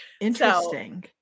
interesting